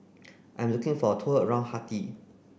I'm looking for a tour around Haiti